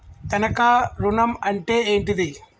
తనఖా ఋణం అంటే ఏంటిది?